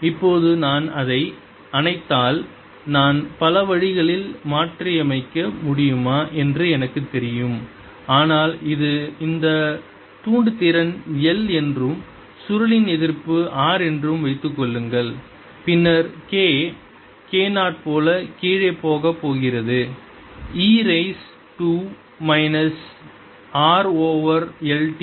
இப்போது நான் அதை அணைத்தால் நான் பல வழிகளில் மாற்றியமைக்க முடியுமா என்று எனக்குத் தெரியும் ஆனால் இந்த தூண்டு திறன் L என்றும் சுருளின் எதிர்ப்பு R என்றும் வைத்துக் கொள்ளுங்கள் பின்னர் K K 0 போல கீழே போகப் போகிறது E raise to minus R over Lt